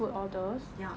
ya